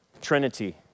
Trinity